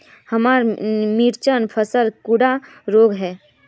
हमार मिर्चन फसल कुंडा रोग छै?